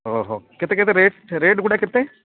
ଓହୋ କେତେ କେତେ ରେଟ୍ ରେଟ୍ ଗୁଡ଼ା କେତେ